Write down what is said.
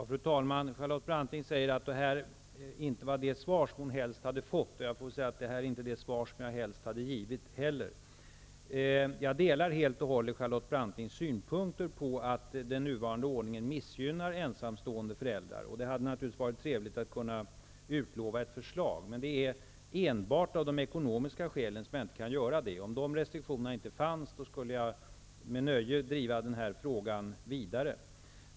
Fru talman! Charlotte Branting säger att detta inte är det svar som hon helst hade fått. Det är inte heller det svar som jag helst hade givit. Jag delar helt och hållet Charlotte Brantings synpunkter på att den nuvarande ordningen missgynnar ensamstående föräldrar. Det hade naturligtvis varit trevligt att kunna utlova ett förslag, men det är enbart av ekonomiska skäl som jag inte kan göra det. Om de restriktionerna inte fanns, skulle jag med nöje driva den här frågan vidare.